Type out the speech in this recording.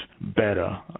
better